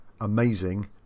amazing